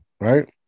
right